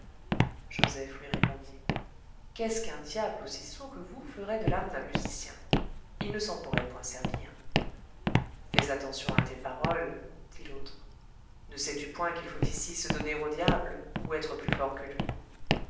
joseph lui répondit qu'est-ce qu'un diable aussi sot que vous ferait de l'âme d'un musicien il ne s'en pourrait point servir fais attention à tes paroles dit l'autre ne sais-tu point qu'il faut ici se donner au diable ou être plus fort que lui